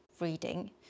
reading